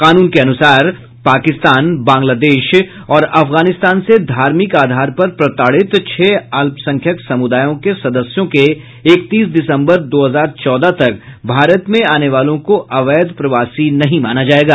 कानून के अनुसार पाकिस्तान बांग्लादेश और अफगानिस्तान से धार्मिक आधार पर प्रताड़ित छह अल्पसंख्यक समुदायों के सदस्यों के इकतीस दिसम्बर दो हजार चौदह तक भारत में आने वालों को अवैध प्रवासी नहीं माना जाएगा